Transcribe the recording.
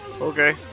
Okay